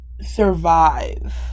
Survive